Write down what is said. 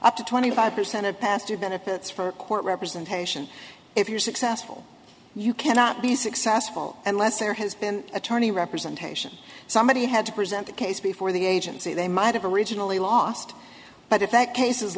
up to twenty five percent of pastor benefits for court representation if you're successful you cannot be successful unless there has been attorney representation somebody had to present the case before the agency they might have originally lost but if that case